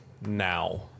now